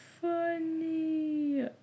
funny